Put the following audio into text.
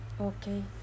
Okay